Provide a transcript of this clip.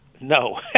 No